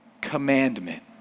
commandment